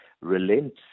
relent